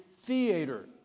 theater